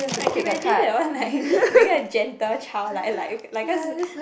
I can imagine they all like become a gentle child like like like cause